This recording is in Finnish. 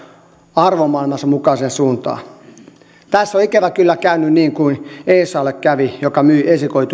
arvomaailmansa mukaiseen suuntaan tässä on ikävä kyllä käynyt niin kuin kävi esaulle joka myi